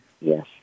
Yes